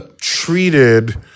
treated